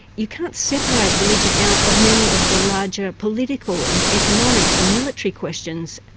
you can't separate religion out of many of the larger political and economic and military questions.